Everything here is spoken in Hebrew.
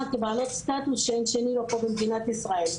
כבעלות סטטוס שאין שני לו פה במדינת ישראל.